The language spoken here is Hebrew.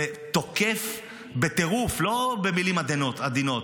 ותוקף בטירוף, לא במילים עדינות,